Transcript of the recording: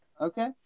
Okay